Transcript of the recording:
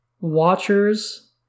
Watchers